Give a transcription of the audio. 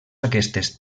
aquestes